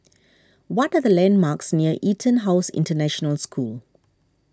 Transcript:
what are the landmarks near EtonHouse International School